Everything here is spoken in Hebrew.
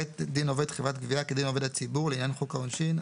דין עובד חברת גבייה כדין עובד הציבור לעניין חוק העונשין,